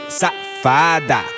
safada